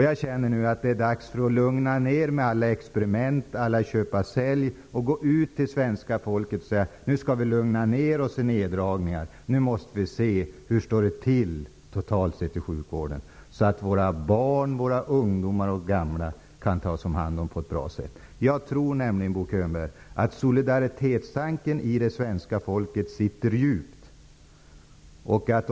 Jag känner för att det är dags att lugna ner alla experiment, alla köp--sälj, och i stället säga till svenska folket: Nu skall vi lugna ned oss när det gäller neddragningar. Nu måste vi se efter hur det totalt sett står till inom sjukvården, så att våra barn, våra ungdomar och våra gamla kan tas om hand på ett bra sätt. Jag tror nämligen, Bo Könberg, att solidaritetstanken sitter djupt hos svenska folket.